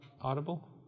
Audible